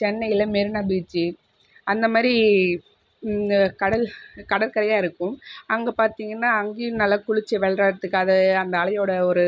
சென்னையில் Marina beach அந்த மாதிரி இந்த கடல் கடற்கரையாக இருக்கும் அங்கே பார்த்தீங்கன்னா அங்கேயும் நல்ல குளிர்ச்சி வெளைராதுக்கு அது அந்த அலையோடு ஒரு